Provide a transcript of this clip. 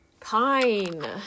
pine